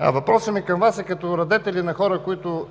Въпросът ми към Вас е като към радетели, хора, които